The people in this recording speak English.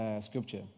scripture